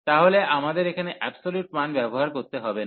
তাহলে আমাদের এখানে অ্যাবসোলিউট মান ব্যবহার করতে হবে না